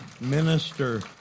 minister